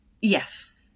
Yes